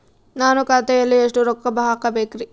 ನಾನು ಖಾತೆಯಲ್ಲಿ ಎಷ್ಟು ರೊಕ್ಕ ಹಾಕಬೇಕ್ರಿ?